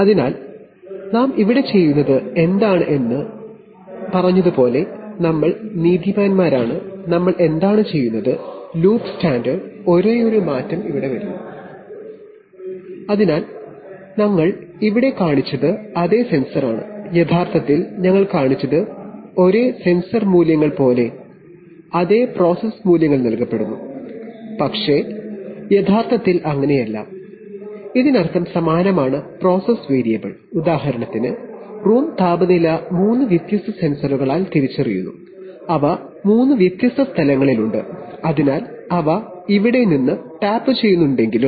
അതിനാൽ ഇവിടെ ഒരേയൊരു മാറ്റം വരുന്നുഒരേ സെൻസർ മൂല്യങ്ങൾ പോലെ അതേ പ്രോസസ്സ് മൂല്യങ്ങൾ നൽകപ്പെടുന്നു ഉദാഹരണത്തിന് റൂം താപനില മൂന്ന് വ്യത്യസ്ത സ്ഥലങ്ങളിൽ മൂന്ന് വ്യത്യസ്ത സെൻസറുകളാൽ ടാപ്പ് ചെയ്യപ്പെടുന്നു